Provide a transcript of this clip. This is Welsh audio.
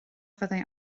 fyddai